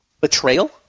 Betrayal